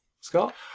Scott